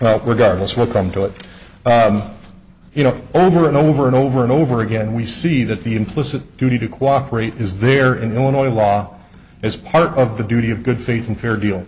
well regardless what come to it you know over and over and over and over again we see that the implicit duty to cooperate is there in illinois law is part of the duty of good faith and fair deal